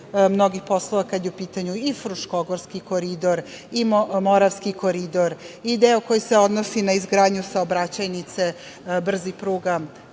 mnogih poslova, kada je u pitanju i Fruškogorski koridor i Moravski koridor, deo koji se odnosi na izgradnju saobraćajnice brzih pruga,